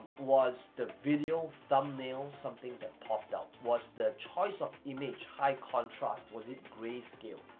was the video thumbnail something that popped out? was the choice of image high contrast? was it grayscale?